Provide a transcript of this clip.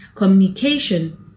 communication